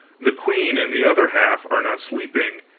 the queen and the other half are not sleeping,